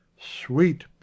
SWEET